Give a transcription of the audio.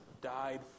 died